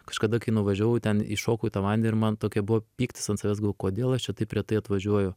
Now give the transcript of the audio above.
kažkada kai nuvažiavau ten įšokau į tą vandenį ir man tokia buvo pyktis ant savęs galvoju kodėl aš čia taip retai atvažiuoju